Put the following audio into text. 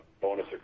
bonus